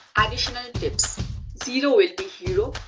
additional tips zero will be hero.